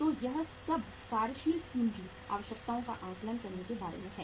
तो यह सब कार्यशील पूंजी आवश्यकताओं का आकलन करने के बारे में है